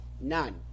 none